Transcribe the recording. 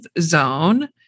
zone